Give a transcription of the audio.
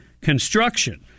construction